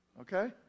okay